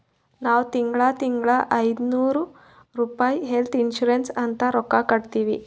ನಾವ್ ತಿಂಗಳಾ ತಿಂಗಳಾ ಐಯ್ದನೂರ್ ರುಪಾಯಿ ಹೆಲ್ತ್ ಇನ್ಸೂರೆನ್ಸ್ ಅಂತ್ ರೊಕ್ಕಾ ಕಟ್ಟತ್ತಿವಿ